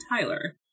Tyler